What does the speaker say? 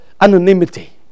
anonymity